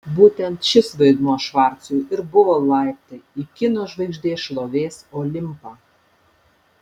būtent šis vaidmuo švarcui ir buvo laiptai į kino žvaigždės šlovės olimpą